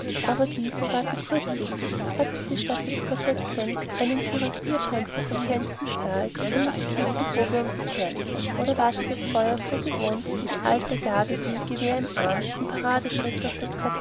aber diese war sie kurzsichtig hatte sie statt des korsettchens einen kürassierpanzer von feinstem stahl mit der musketenprobe um das herzchen oder war sie das feuer so gewohnt wie die alte garde die gewehr im arm im paradeschritt durch das